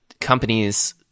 companies